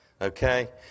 Okay